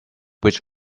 which